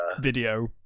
video